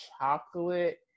chocolate